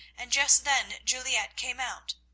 and just then juliette came out.